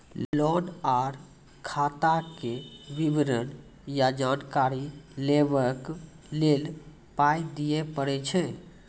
Loan आर खाताक विवरण या जानकारी लेबाक लेल पाय दिये पड़ै छै?